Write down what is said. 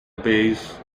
base